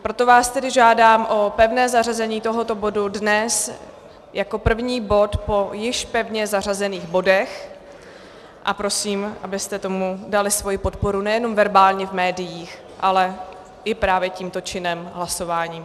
Proto vás tedy žádám o pevné zařazení tohoto bodu dnes jako první bod po již pevně zařazených bodech a prosím, abyste tomu dali svoji podporu nejenom verbálně v médiích, ale právě i tímto činem hlasování.